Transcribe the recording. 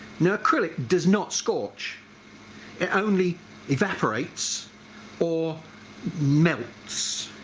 now acrylic does not scorch, it only evaporates or melts.